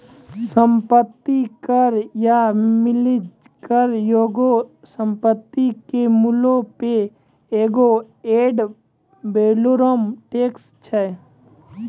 सम्पति कर या मिलेज कर एगो संपत्ति के मूल्यो पे एगो एड वैलोरम टैक्स छै